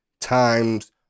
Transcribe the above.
times